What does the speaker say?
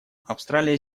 австралия